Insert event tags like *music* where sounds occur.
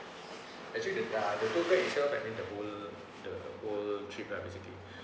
actually the uh the tour guide itself I mean the whole the whole trip lah basically *breath*